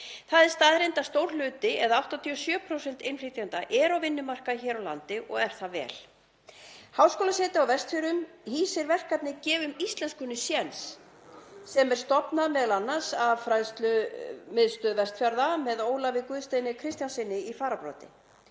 Það er staðreynd að stór hluti, eða 87%, innflytjenda er á vinnumarkaði hér á landi og er það vel. Háskólasetrið á Vestfjörðum hýsir verkefnið Gefum íslenskunni séns sem er m.a. stofnað af Fræðslumiðstöð Vestfjarða með Ólafi Guðsteini Kristjánssyni í fararbroddi.